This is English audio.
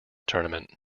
tournament